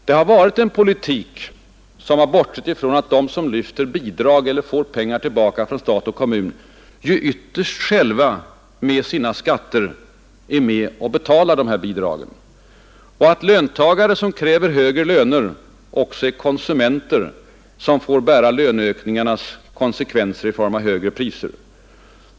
Det har varit en politik som bortsett ifrån att de som lyfter bidrag eller får pengar tillbaka från stat och kommun ju ytterst själva med sina skatter är med och betalar bidragen och att löntagare som kräver högre löner också är konsumenter, som får bära löneökningarnas konsekvenser i form av högre priser.